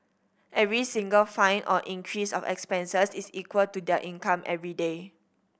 every single fine or increase of expenses is equal to their income everyday